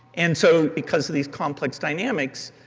and so because of these complex dynamics,